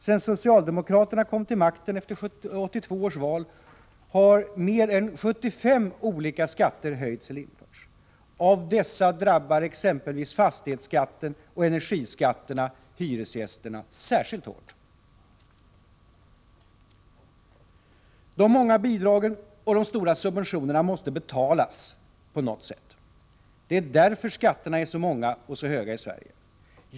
Sedan socialdemokraterna kom till makten efter 1982 års val har mer än 75 olika skatter höjts eller införts. Av dessa drabbar exempelvis fastighetsskatten och energiskatterna hyresgästerna särskilt hårt. De många bidragen och de stora subventionerna måste betalas på något sätt. Det är därför skatterna är så många och så höga i Sverige.